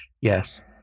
Yes